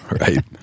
Right